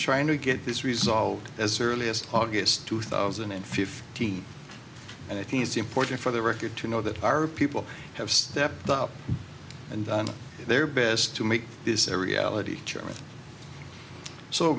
trying to get this resolved as early as august two thousand and fifteen and i think it's important for the record to know that our people have stepped up and done their best to make this a reality